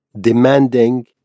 demanding